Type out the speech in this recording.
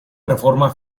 reforma